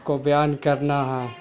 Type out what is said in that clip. کو بیان کرنا ہے